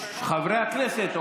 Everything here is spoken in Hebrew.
חברי הכנסת.